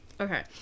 Okay